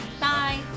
bye